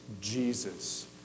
Jesus